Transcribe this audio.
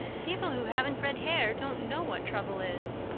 people who haven't red hair don't know what trouble is.